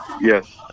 Yes